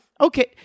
Okay